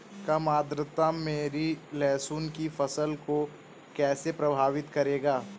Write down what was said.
कम आर्द्रता मेरी लहसुन की फसल को कैसे प्रभावित करेगा?